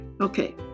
Okay